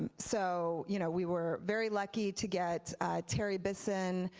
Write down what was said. so you know we were very lucky to get terry bison,